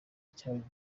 cyabonye